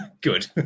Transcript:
good